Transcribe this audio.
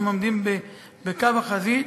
הם עומדים בקו החזית,